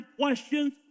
questions